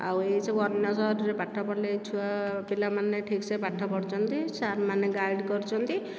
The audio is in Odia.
ଆଉ ଏଇସବୁ ଅନ୍ୟ ସହରରେ ପାଠ ପଢ଼ିଲେ ଛୁଆ ପିଲାମାନେ ଠିକ ସେ ପାଠ ପଢ଼ୁଛନ୍ତି ସାର ମାନେ ଗାଇଡ଼ କରୁଛନ୍ତି